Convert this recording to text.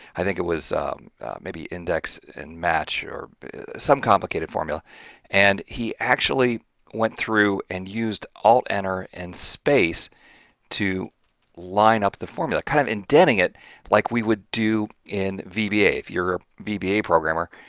i think it was maybe index and match or some complicated formula and he actually went through and used alt enter and space to line up the formula kind of indenting it like we would do in vba. if you're a vba programmer,